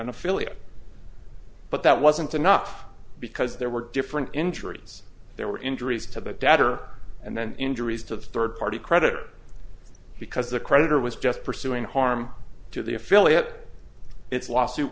an affiliate but that wasn't enough because there were different injuries there were injuries to the debtor and then injuries to the third party creditor because the creditor was just pursuing harm to the affiliate its lawsuit